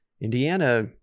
Indiana